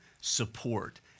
support